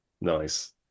nice